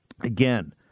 Again